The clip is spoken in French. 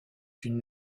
une